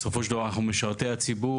בסופו של דבר אנחנו משרתי הציבור,